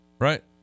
Right